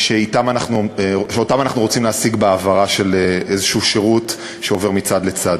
שאנחנו רוצים להשיג בהעברה של שירות כלשהו מצד לצד.